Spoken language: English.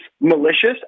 malicious